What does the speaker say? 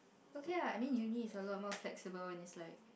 okay lah I mean uni is a lot more flexible and is like